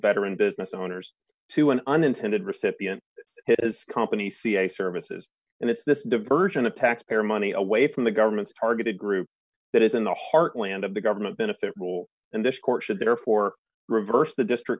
better in business owners to an unintended recipient his company ca services and it's this diversion of taxpayer money away from the government's targeted group that is in the heartland of the government benefit rule and this court should therefore reverse the district